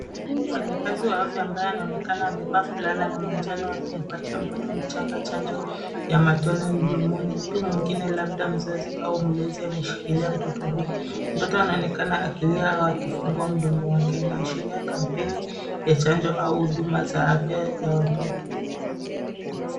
Mfanyakazi wa afya ambaye anaonekana amevaa fulana ya manjano akimpatia mtoto mchanga chanjo ya matone mdomoni. Mtu mwingine, labda mzazi au mlezi, amemshikilia mtoto huyo, mtoto anaonekana akilia au akifungua mdomo wake. Inaashiria kampeni ya chanjo au huduma za afya ya watoto.